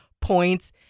points